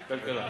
כלכלה.